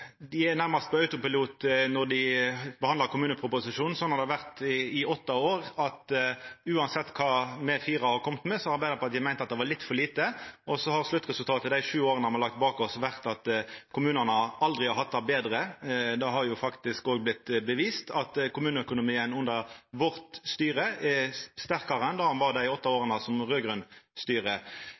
dei er nærmast på autopilot når dei behandlar kommuneproposisjonen. Sånn har det vore i åtte år: Uansett kva me fire har kome med, har Arbeidarpartiet meint at det var litt for lite, og så har sluttresultatet dei sju åra me har lagt bak oss, vore at kommunane aldri har hatt det betre. Det har faktisk òg vorte bevist at kommuneøkonomien under vårt styre er sterkare enn det han var dei åtte åra med raud-grønt styre. Eg registrerer også at ein på autopilot fører retorikken om dei som